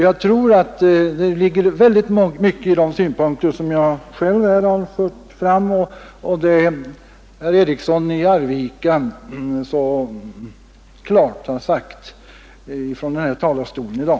Jag tror det ligger mycket i de synpunkter som jag själv förde fram och som herr Eriksson i Arvika så klart redovisat från den här talarstolen i dag.